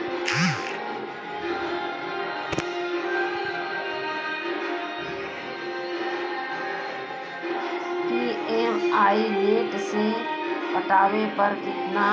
EMI late से पटावे पर कितना